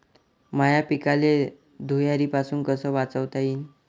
माह्या पिकाले धुयारीपासुन कस वाचवता येईन?